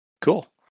cool